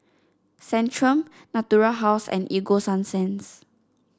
Centrum Natura House and Ego Sunsense